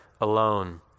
alone